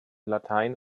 latein